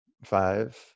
Five